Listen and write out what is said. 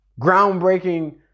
groundbreaking